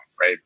right